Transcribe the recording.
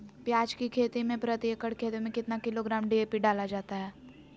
प्याज की खेती में प्रति एकड़ खेत में कितना किलोग्राम डी.ए.पी डाला जाता है?